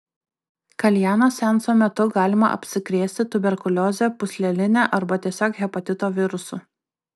kaljano seanso metu galima apsikrėsti tuberkulioze pūsleline arba tiesiog hepatito virusu